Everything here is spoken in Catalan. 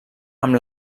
amb